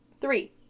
three